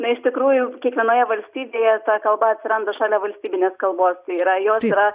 na iš tikrųjų kiekvienoje valstybėje ta kalba atsiranda šalia valstybinės kalbos yra jos yra